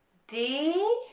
d